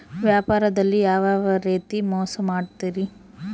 ವ್ಯಾಪಾರದಲ್ಲಿ ಯಾವ್ಯಾವ ರೇತಿ ಮೋಸ ಮಾಡ್ತಾರ್ರಿ?